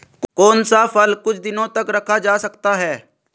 कौन सा फल कुछ दिनों तक रखा जा सकता है?